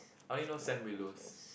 I only know Sam Willows